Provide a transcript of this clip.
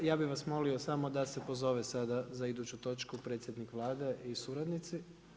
Ja bih vas molio samo da se pozove sada za iduću točku predsjednik Vlade i suradnici.